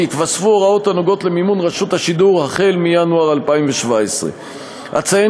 כי יתווספו הוראות הקשורות למימון רשות השידור החל בינואר 2017. אציין